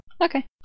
Okay